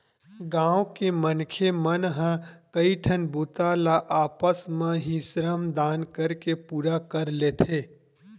गाँव के मनखे मन ह कइठन बूता ल आपस म ही श्रम दान करके पूरा कर लेथे